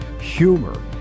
humor